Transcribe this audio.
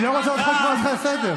אני לא רוצה לקרוא אותך לסדר.